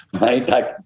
right